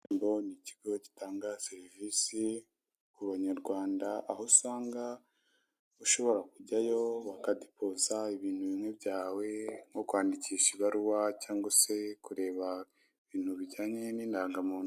Irembo ni ikigo gitanga serivisi ku banyarwanda, aho usanga ushobora kujyayo bakadepoza ibintu bimwe byawe nko kwandikisha ibaruwa cyangwa se kureba ibintu bijyanye n'indangamuntu.